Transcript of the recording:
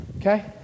Okay